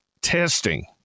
testing